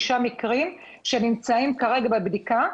שנמצאים כרגע בבדיקה.